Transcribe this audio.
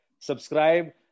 subscribe